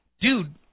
dude